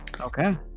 Okay